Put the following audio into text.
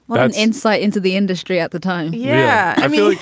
but and insight into the industry at the time. yeah i mean, like